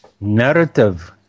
narrative